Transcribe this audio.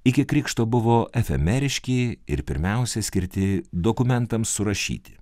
iki krikšto buvo efemeriški ir pirmiausia skirti dokumentams surašyti